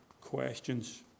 questions